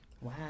Wow